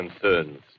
concerns